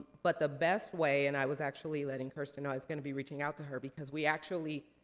but the best way, and i was actually letting kirsten know i was gonna be reaching out to her, because we actually,